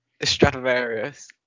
Stradivarius